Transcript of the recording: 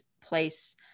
place